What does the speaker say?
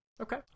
Okay